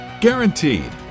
Guaranteed